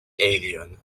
alien